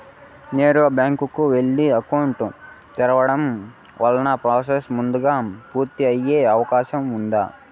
నేరుగా బ్యాంకు కు వెళ్లి అకౌంట్ తెరవడం వల్ల ప్రాసెస్ ముందుగా పూర్తి అయ్యే అవకాశం ఉందా?